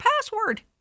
password